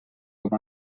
com